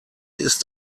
ist